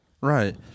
Right